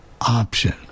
option